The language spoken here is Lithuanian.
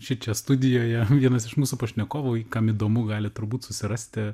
šičia studijoje vienas iš mūsų pašnekovų kam įdomu gali turbūt susirasti